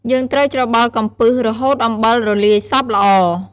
យើងត្រូវច្របល់កំពឹស រហូតអំបិលរលាយសព្វល្អ។